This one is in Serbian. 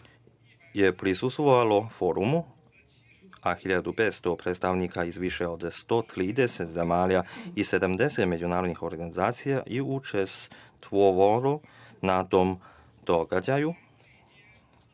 je prisustvovalo Forumu, a 1500 predstavnika iz više od 130 zemalja i 70 međunarodnih organizacija je učestvovalo na tom događaju.